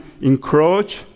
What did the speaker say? encroach